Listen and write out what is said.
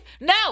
No